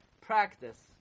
practice